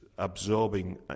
Absorbing